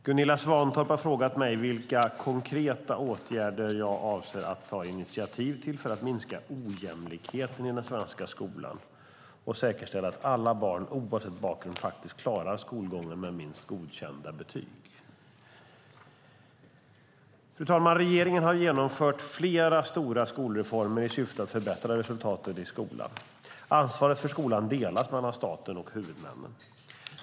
Fru talman! Gunilla Svantorp har frågat mig vilka konkreta åtgärder jag avser att ta initiativ till för att minska ojämlikheten i den svenska skolan och säkerställa att alla barn oavsett bakgrund faktiskt klarar skolgången med minst godkända betyg. Regeringen har genomfört flera stora skolreformer i syfte att förbättra resultaten i skolan, men ansvaret för skolan delas mellan staten och huvudmännen.